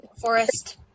Forest